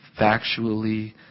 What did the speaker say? factually